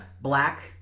Black